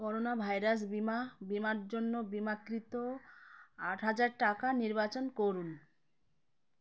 corona virus বীমা বীমার জন্য বিমাকৃত আট হাজার টাকা নির্বাচন করুন